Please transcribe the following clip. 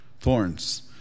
thorns